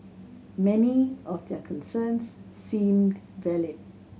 many of their concerns seemed valid